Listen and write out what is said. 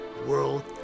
World